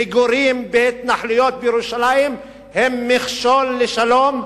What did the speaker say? מגורים בהתנחלויות בירושלים הם מכשול לשלום,